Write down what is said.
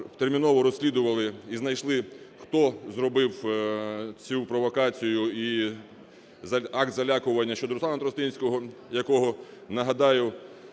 терміново розслідували і знайшли, хто зробив цю провокацію і акт залякування щодо Руслана Тростинського, якого, нагадаю,